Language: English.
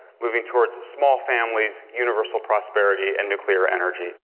moving toward small families, universal prosperity, and nuclear energy.